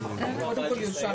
קודם כול יאושר